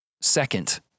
Second